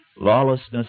Lawlessness